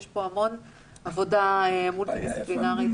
יש פה המון עבודה מולטי דיסציפלינרית,